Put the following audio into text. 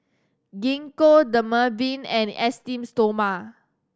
Gingko Dermaveen and Esteem Stoma